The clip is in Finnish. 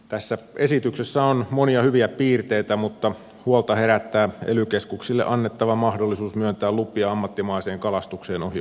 tässä esityksessä on monia hyviä piirteitä mutta huolta herättää ely keskuksille annettava mahdollisuus myöntää lupia ammattimaiseen kalastukseen ohi osakaskuntien tahdon